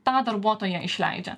tą darbuotoją išleidžia